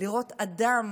לראות אדם